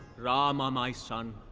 rama my son,